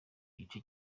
igice